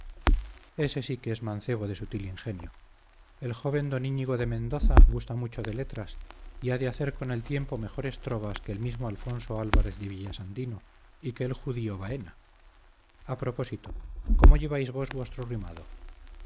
ése sí que es mancebo de sutil ingenio el joven don íñigo de mendoza gusta mucho de letras y ha de hacer con el tiempo mejores trovas que el mismo alfonso álvarez de villasandino y que el judío baena a propósito cómo lleváis vos vuestro rimado